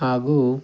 ಹಾಗೂ